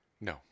No